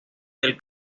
del